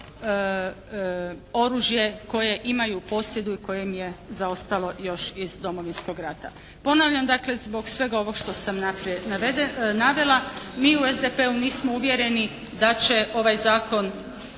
oružje koje imaju u posjedu, koje im je zaostalo još iz Domovinskog rata. Ponavljam dakle zbog svega ovog što sam naprijed navela mi u SDP-u nismo uvjereni da će ovaj zakon